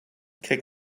kick